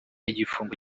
igifungo